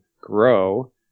grow